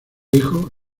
hijo